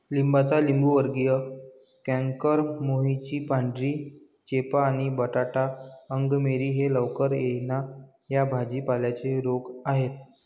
लिंबाचा लिंबूवर्गीय कॅन्कर, मोहरीची पांढरी चेपा आणि बटाटा अंगमेरी हे लवकर येणा या भाजी पाल्यांचे रोग आहेत